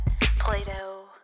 Play-Doh